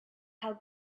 how